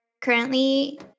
currently